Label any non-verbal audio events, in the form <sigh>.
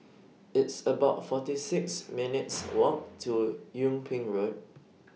It's about forty six minutes' <noise> Walk to Yung Ping Road